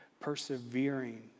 persevering